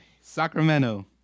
Sacramento